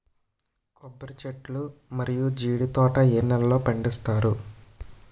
కొబ్బరి చెట్లు మరియు జీడీ తోట ఏ నేలల్లో పండిస్తారు?